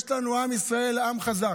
יש לנו עם ישראל, עם חזק.